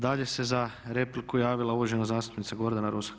Dalje se za repliku javila uvažen zastupnica Gordana Rusak.